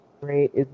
Great